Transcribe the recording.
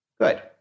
Good